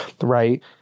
right